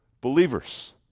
believers